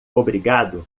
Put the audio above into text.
obrigado